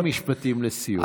שני משפטים לסיום.